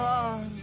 God